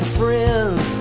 friends